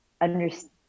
understand